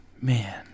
man